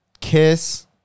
kiss